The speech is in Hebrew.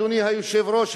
אדוני היושב-ראש,